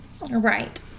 Right